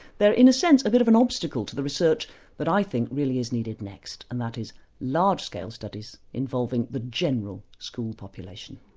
they are in a sense a bit of an obstacle to the research that i think really is needed next and that is large scale studies involving the general school population.